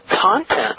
content